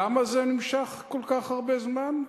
למה זה נמשך כל כך הרבה זמן?